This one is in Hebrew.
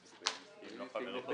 --- הם לא חברים.